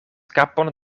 kapon